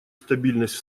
стабильность